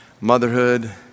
motherhood